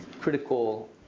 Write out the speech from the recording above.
critical